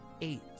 Eight